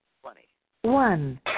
Twenty-one